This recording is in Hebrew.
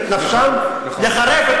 את נפשם, לחרף, לחרף.